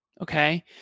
Okay